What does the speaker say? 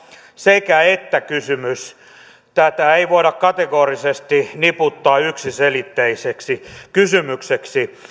sekä että kysymys tätä ei voida kategorisesti niputtaa yksiselitteiseksi kysymykseksi